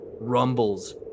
rumbles